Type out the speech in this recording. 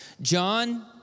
John